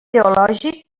teològic